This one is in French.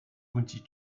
county